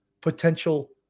potential